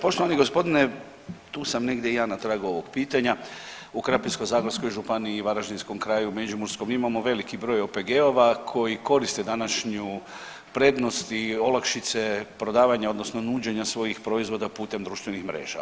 Poštovani gospodine tu sam negdje i ja na tragu ovog pitanja, u Krapinsko-zagorskoj županiji, varaždinskom kraju, međimurskom imamo veliki broj OPG-ova koji koriste današnju prednost i olakšice prodavanja odnosno nuđenja svojih proizvoda putem društvenih mreža.